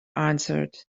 answered